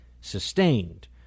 sustained